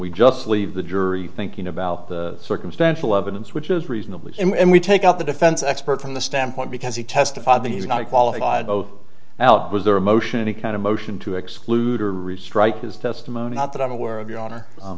we just leave the jury thinking about the circumstantial evidence which is reasonably and we take out the defense expert from the standpoint because he testified that he's not qualified both now was there a motion any kind of motion to exclude or restrike his testimony not that i'm aware of your honor